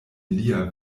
lia